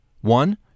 One